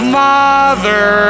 mother